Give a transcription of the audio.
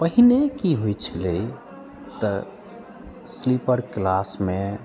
पहिने की होइ छलै तऽ स्लिपर क्लासमे